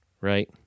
right